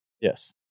Yes